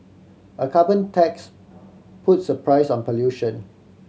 a carbon tax puts a price on pollution